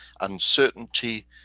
uncertainty